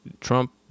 Trump